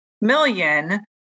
million